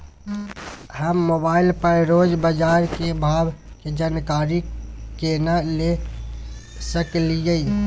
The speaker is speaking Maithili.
हम मोबाइल पर रोज बाजार के भाव की जानकारी केना ले सकलियै?